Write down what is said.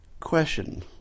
Question